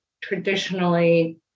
traditionally